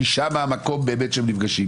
כי שם המקום שהם נפגשים,